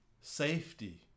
safety